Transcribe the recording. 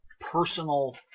personal